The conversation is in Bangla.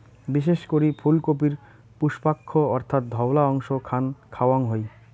বিশেষ করি ফুলকপির পুষ্পাক্ষ অর্থাৎ ধওলা অংশ খান খাওয়াং হই